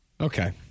Okay